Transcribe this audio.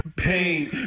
pain